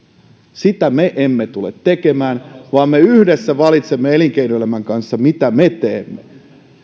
sitä me emme tule tekemään vaan me yhdessä valitsemme elinkeinoelämän kanssa mitä me teemme